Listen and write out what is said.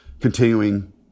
continuing